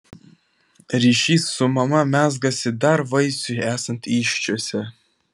ryšys su mama mezgasi dar vaisiui esant įsčiose